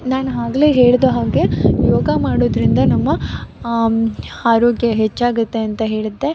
ನಾನು ಆಗಲೇ ಹೇಳಿದ ಹಾಗೆ ಯೋಗ ಮಾಡೋದರಿಂದ ನಮ್ಮ ಆರೋಗ್ಯ ಹೆಚ್ಚಾಗುತ್ತೆ ಅಂತ ಹೇಳಿದ್ದೆ